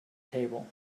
table